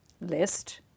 list